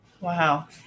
wow